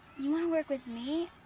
you wanna work with me?